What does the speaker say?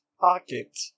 pocket